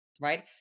right